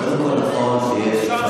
קודם כול,